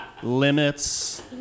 Limits